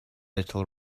little